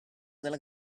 della